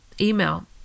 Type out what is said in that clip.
email